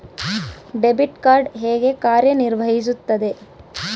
Debit card ಹೇಗೆ ಕಾರ್ಯನಿರ್ವಹಿಸುತ್ತದೆ?